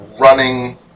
running